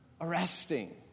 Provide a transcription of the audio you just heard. arresting